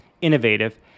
innovative